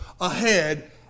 ahead